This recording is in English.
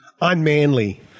unmanly